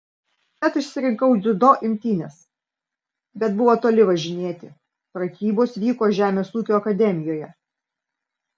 tad išsirinkau dziudo imtynes bet buvo toli važinėti pratybos vyko žemės ūkio akademijoje